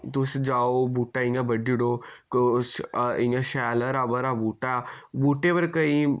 तुस जाओ बूह्टा इय्यां बड्ढी ओड़ो को इय्यां शैल हरा भरा बुह्टा बूह्टे पर केईं